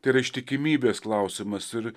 tai yra ištikimybės klausimas ir